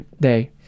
day